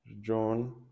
John